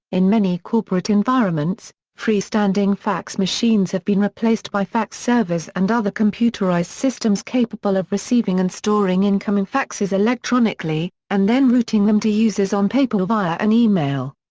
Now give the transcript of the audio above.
in many corporate environments, freestanding fax machines have been replaced by fax servers and other computerized systems capable of receiving and storing incoming faxes electronically, and then routing them to users on paper or via an email.